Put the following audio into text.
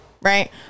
right